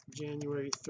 January